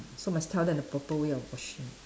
so must tell them the proper way of washing